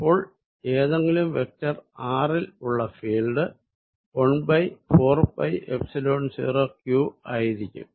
അപ്പോൾ ഏതെങ്കിലും vector r ൽ ഉള്ള ഫീൽഡ് 1 4 0 q ആയിരിക്കും